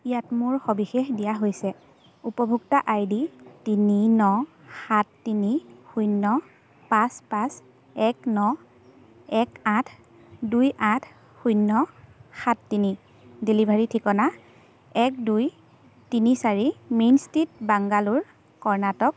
ইয়াত মোৰ সবিশেষ দিয়া হৈছে উপভোক্তা আই ডি তিনি ন সাত তিনি শূন্য পাঁচ পাঁচ এক ন এক আঠ দুই আঠ শূন্য সাত তিনি ডেলিভাৰীৰ ঠিকনা এক দুই তিনি চাৰি মেইন ষ্ট্ৰীট বাংগালোৰ কৰ্ণাটক